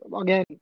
again